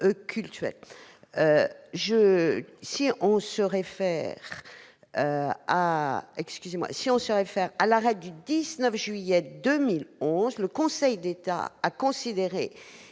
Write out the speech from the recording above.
Si l'on se réfère à son arrêt du 19 juillet 2011, le Conseil d'État a considéré